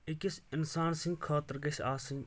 أکِس انسان سٕنٛدِ خٲطرٕ گژھِ آسٕنۍ